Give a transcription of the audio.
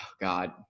God